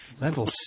Level